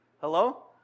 Hello